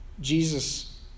Jesus